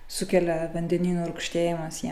sukelia vandenynų rūgštėjimas jiem